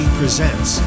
presents